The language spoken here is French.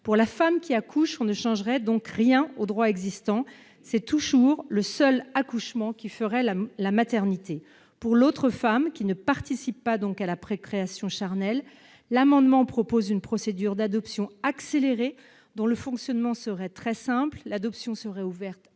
Pour la femme qui accouche, nous ne changeons rien au droit existant ; ce serait toujours le seul accouchement qui entraînerait la maternité. Pour l'autre femme, celle qui ne participe pas à la procréation charnelle, l'amendement tend à instaurer une procédure d'adoption accélérée, dont le fonctionnement serait très simple. L'adoption serait ouverte